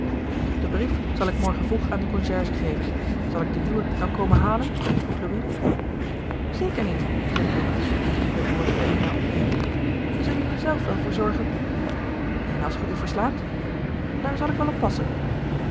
den brief zal ik morgen vroeg aan den concierge geven zal ik den uwen dan komen halen vroeg louis gerard keller het testament van mevrouw de tonnette zeker niet zeide dorothea het woord voor lina opnemende wij zullen er zelf wel voor zorgen en als ge u verslaapt daar zal ik wel op